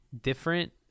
different